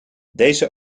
deze